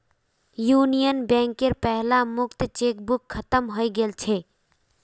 union बैंकेर पहला मुक्त चेकबुक खत्म हइ गेल छ